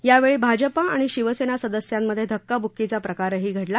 यावेळी भाजप आणि शिवसेना सदस्यांमध्ये धक्काबुक्कीचा प्रकारही घडला